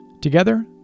Together